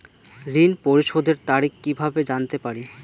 ঋণ পরিশোধের তারিখ কিভাবে জানতে পারি?